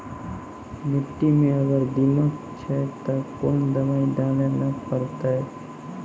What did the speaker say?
मिट्टी मे अगर दीमक छै ते कोंन दवाई डाले ले परतय?